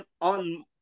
on